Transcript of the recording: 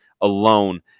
alone